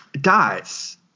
dies